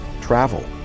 travel